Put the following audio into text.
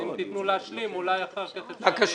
אז אם תיתנו לי להשלים אולי אחר כך אפשר יהיה לחדד.